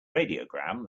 radiogram